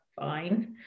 fine